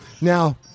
Now